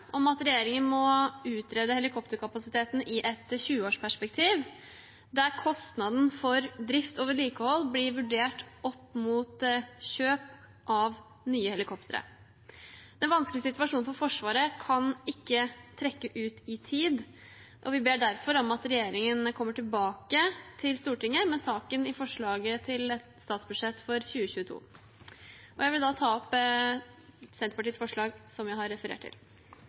om at regjeringen må utrede helikopterkapasiteten i et 20-årsperspektiv, der kostnaden for drift og vedlikehold blir vurdert opp mot kjøp av nye helikoptre. Den vanskelige situasjonen for Forsvaret kan ikke trekke ut i tid, og vi ber derfor om at regjeringen kommer tilbake til Stortinget med saken i forslaget til et statsbudsjett for 2022. Jeg vil da ta opp Senterpartiet og SVs forslag, som jeg har referert til.